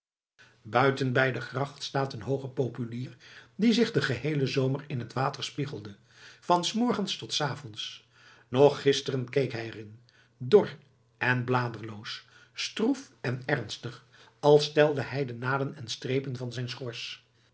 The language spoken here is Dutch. buiten bij de gracht staat een hooge populier die zich den geheelen zomer in het water spiegelde van s morgens tot s avonds nog gisteren keek hij er in dor en bladerloos stroef en ernstig als telde hij de naden en strepen van zijn schors